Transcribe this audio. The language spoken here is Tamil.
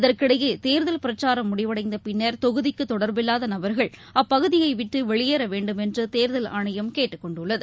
இதற்கிடையே தேர்தல் பிரச்சாரம் முடிவடைந்தபின்னர் தொகுதிக்குதொடர்பில்லாதநபர்கள் அப்பகுதியைவிட்டுவெளியேறவேண்டும் என்றுதேர்தல் ஆணையம் கேட்டுக்கொண்டுள்ளது